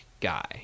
guy